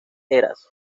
eras